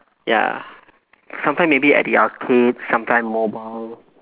ya sometimes maybe at the arcade sometimes mobile